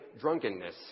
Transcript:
drunkenness